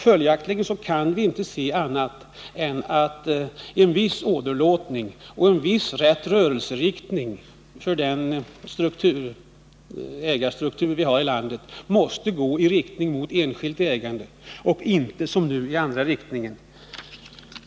Följaktligen kan vi inte se annat än att en sådan här åderlåtning och ändring av ägarstrukturen i viss utsträckning måste gå i riktning mot ett ökat enskilt ägande, och inte som nu i motsatt riktning.